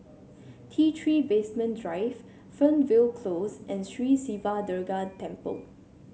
T Three Basement Drive Fernvale Close and Sri Siva Durga Temple